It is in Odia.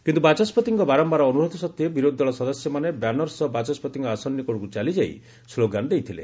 କିନ୍ତୁ ବାଚସ୍କତିଙ୍କ ବାରମ୍ଭାର ଅନୁରୋଧ ସତ୍ତ୍ୱେ ବିରୋଧୀ ଦଳ ସଦସ୍ୟମାନେ ବ୍ୟାନର ସହ ବାଚସ୍କତିଙ୍କ ଆସନ ନିକଟକୁ ଚାଲିଯାଇ ସ୍ଲୋଗାନ ଦେଇଥିଲେ